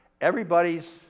everybody's